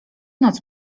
noc